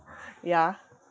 yeah